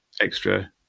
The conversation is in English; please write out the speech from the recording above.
extra